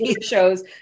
shows